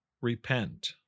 repent